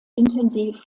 intensiv